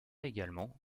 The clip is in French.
également